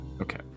Okay